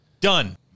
done